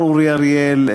השר אורי אריאל,